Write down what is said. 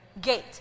Gate